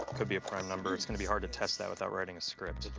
could be a prime number. it's going to be hard to test that without writing a script.